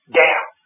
down